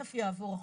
תכף יעבור החוק,